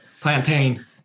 plantain